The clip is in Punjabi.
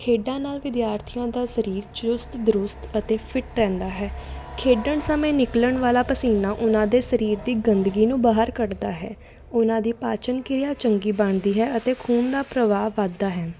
ਖੇਡਾਂ ਨਾਲ ਵਿਦਿਆਰਥੀਆਂ ਦਾ ਸਰੀਰ ਚੁਸਤ ਦਰੁਸਤ ਅਤੇ ਫਿੱਟ ਰਹਿੰਦਾ ਹੈ ਖੇਡਣ ਸਮੇਂ ਨਿਕਲਣ ਵਾਲਾ ਪਸੀਨਾ ਉਹਨਾਂ ਦੇ ਸਰੀਰ ਦੀ ਗੰਦਗੀ ਨੂੰ ਬਾਹਰ ਕੱਢਦਾ ਹੈ ਉਹਨਾਂ ਦੀ ਪਾਚਨ ਕਿਰਿਆ ਚੰਗੀ ਬਣਦੀ ਹੈ ਅਤੇ ਖੂਨ ਦਾ ਪ੍ਰਭਾਵ ਵੱਧਦਾ ਹੈ